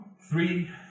Three